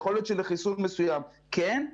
יכול להיות שלחיסון מסוים כן,